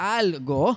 algo